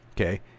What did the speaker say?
okay